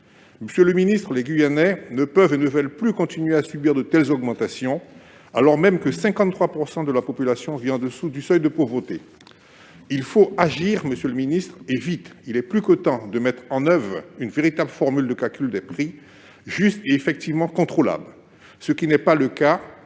Monsieur le ministre, les Guyanais ne peuvent et ne veulent plus subir de telles augmentations, alors même que 53 % d'entre eux vivent en deçà du seuil de pauvreté. Il faut réagir, monsieur le ministre, et vite ! Il est plus que temps de mettre en oeuvre une formule de calcul des prix juste et effectivement contrôlable, ce qui n'est pas le cas